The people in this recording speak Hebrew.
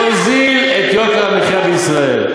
להוריד את יוקר המחיה בישראל.